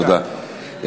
תודה.